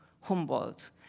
Humboldt